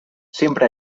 siempre